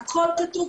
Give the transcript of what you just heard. הכל כתוב,